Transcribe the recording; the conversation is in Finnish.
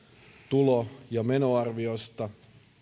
tulo ja menoarviosta